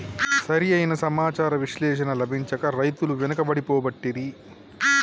సరి అయిన సమాచార విశ్లేషణ లభించక రైతులు వెనుకబడి పోబట్టిరి